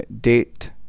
Date